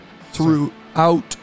throughout